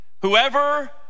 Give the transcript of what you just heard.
whoever